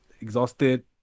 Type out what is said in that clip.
exhausted